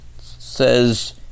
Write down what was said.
Says